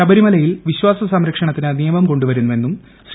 ശബരിമലയിൽ വിശ്വാസസംരക്ഷണത്തിന് നിയമം കൊണ്ടുവരുമെന്നും ശ്രീ